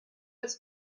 its